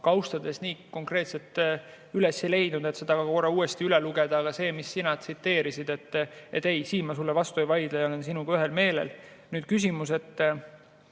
kaustast nii konkreetselt üles ei leidnud, et see korra uuesti üle lugeda. Aga see, mida sina tsiteerisid – ei, siin ma sulle vastu ei vaidle ja olen sinuga ühel meelel. Nüüd küsimus, kas